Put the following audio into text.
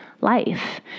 life